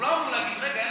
הוא לא אמור להגיד: רגע,